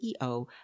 CEO